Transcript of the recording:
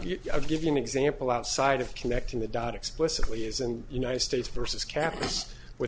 give you an example outside of connecting the dot explicitly is in the united states versus capice with